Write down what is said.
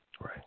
right